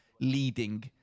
leading